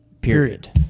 period